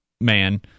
man